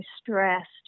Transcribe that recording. stressed